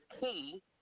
key